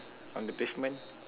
on the pavement